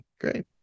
Great